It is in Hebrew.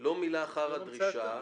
"לא מילא אחר הדרישה",